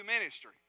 ministry